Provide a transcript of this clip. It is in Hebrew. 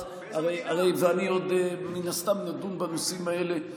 ומן הסתם אני עוד אדון בנושאים האלה,